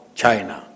China